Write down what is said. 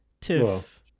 Tiff